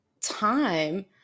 time